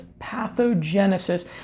pathogenesis